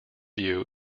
view